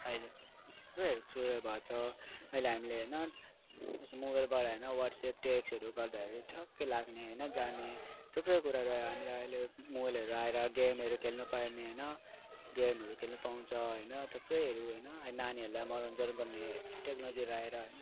अहिले थुप्रैहरू भएको छ अहिले हामीले होइन त्यस्तो मोबाइलबाट होइन वाट्सएप टेक्सहरू गर्दााखेरि ठक्कै लाग्ने होइन जाने थुप्रै कुरा हामीलाई अहिले मोबाइलहरू आएर गेमहरू खेल्नु पाउने होइन गेमहरू खेल्नु पाउँछ होइन थुप्रैहरू होइन नानीहरूलाई मरुन्जेल गर्ने टेक्नोलोजीहरू आएर होइन